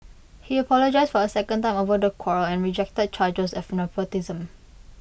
he apologised for A second time over the quarrel and rejected charges of nepotism